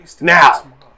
now